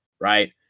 right